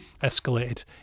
escalated